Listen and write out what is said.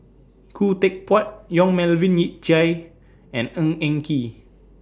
Khoo Teck Puat Yong Melvin Yik Chye and Ng Eng Kee